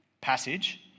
passage